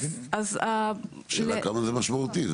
השאלה כמה זה משמעותי.